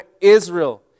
Israel